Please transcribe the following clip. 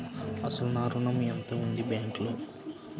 అసలు నా ఋణం ఎంతవుంది బ్యాంక్లో?